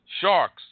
Sharks